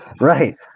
Right